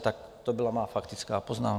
Tak to byla má faktická poznámka.